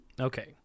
Okay